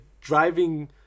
driving